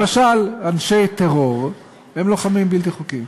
למשל, אנשי טרור הם לוחמים בלתי חוקיים.